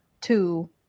two